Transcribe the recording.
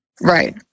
Right